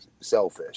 selfish